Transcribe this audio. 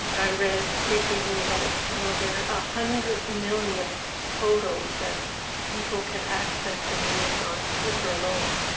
i read recently that you know there are a hundred million photos that people can access and use on flickr alone,